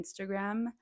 Instagram